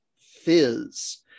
Fizz